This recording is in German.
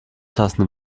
tassen